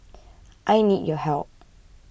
I need your help